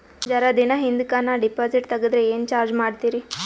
ಜರ ದಿನ ಹಿಂದಕ ನಾ ಡಿಪಾಜಿಟ್ ತಗದ್ರ ಏನ ಚಾರ್ಜ ಮಾಡ್ತೀರಿ?